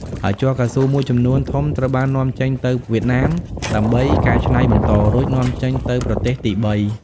ហើយជ័រកៅស៊ូមួយចំនួនធំត្រូវបាននាំចេញទៅវៀតណាមដើម្បីកែច្នៃបន្ត រួចនាំចេញទៅប្រទេសទីបី។